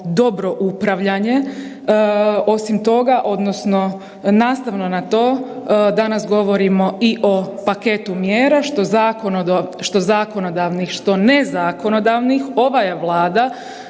dobro upravljanje. Osim toga, odnosno nastavno na to danas govorimo i o paketu mjera, što zakonodavnih, što nezakonodavnih, ova je Vlada,